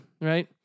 right